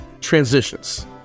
transitions